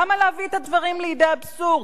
למה להביא את הדברים לידי אבסורד?